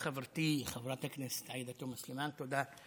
חברתי חברת הכנסת עאידה תומא סלימאן, תודה,